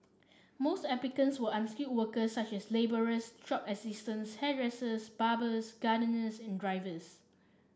most applicants were unskilled workers such as labourers shop assistants hairdressers barbers gardeners and drivers